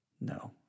No